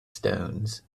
stones